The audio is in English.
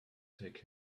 take